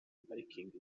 parikingi